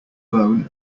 bone